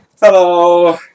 Hello